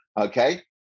Okay